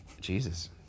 Jesus